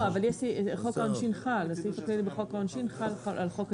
אבל הסעיף הכללי בחוק העונשין חל --- אבל